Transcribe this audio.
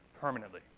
permanently